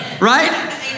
Right